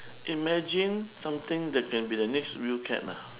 imagine something that can be the next real fad lah